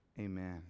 Amen